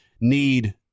need